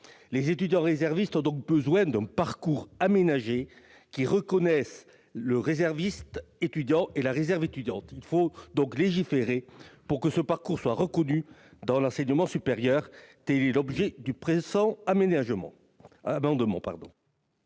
Les étudiants réservistes ont besoin d'un parcours aménagé qui reconnaisse le réserviste étudiant et la réserve étudiante. Il faut légiférer pour que ce parcours soit reconnu dans l'enseignement supérieur. Tel est l'objet du présent amendement.